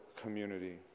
community